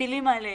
שמטילים עליהם.